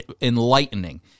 enlightening